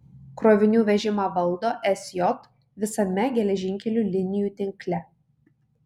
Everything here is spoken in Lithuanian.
krovinių vežimą valdo sj visame geležinkelių linijų tinkle